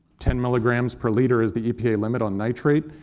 ten milligrams per liter is the epa limit on nitrate,